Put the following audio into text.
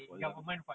for exam~